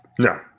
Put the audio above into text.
No